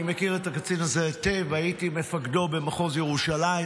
אני מכיר את הקצין הזה היטב והייתי מפקדו במחוז ירושלים.